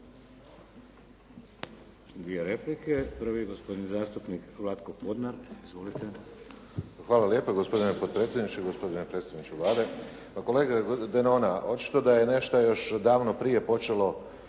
Dvije replike. Prvi je gospodin zastupnik Vlatko Podnar. Izvolite. **Denona, Luka (SDP)** Hvala lijepa. Gospodine potpredsjedniče, gospodine predstavniče Vlade. Pa kolega Denona, očito da je nešto još davno prije počelo